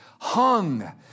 hung